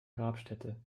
grabstätte